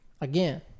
Again